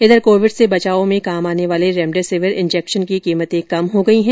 इधर कोविड से बचाव में काम आने वाले रेमडेसिविर इंजेक्शन की कीमत कम हो गई है